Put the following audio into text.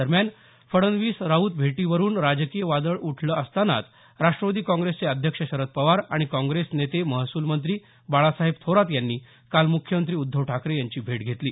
दरम्यान फडणवीस राऊत भेटीवरून राजकीय वादळ उठलं असतानाच राष्ट्रवादी काँग्रेसचे अध्यक्ष शरद पवार आणि काँग्रेस नेते महसूल मंत्री बाळासाहेब थोरात यांनी काल मुख्यमंत्री उद्धव ठाकरे यांची भेट घेतली